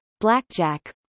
blackjack